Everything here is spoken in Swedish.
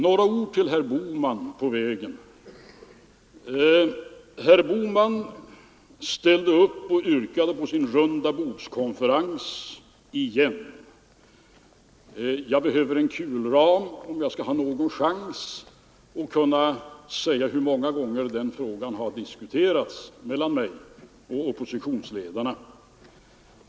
Några ord på vägen till herr Bohman! Herr Bohman yrkade på sin rundabordskonferens igen; jag behöver en kulram, om jag skall ha någon chans att säga hur många gånger den frågan har diskuterats mellan mig och oppositionsledarna.